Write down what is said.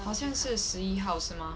好像是十一号是吗